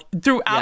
throughout